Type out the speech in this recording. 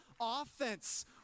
offense